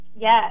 Yes